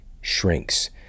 shrinks